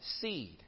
Seed